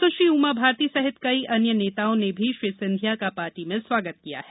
सुश्री उमा भारती सहित कई अन्य नेताओं ने भी श्री सिंधिया का पार्टी में स्वागत किया है